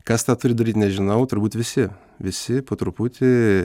kas tą turi daryt nežinau turbūt visi visi po truputį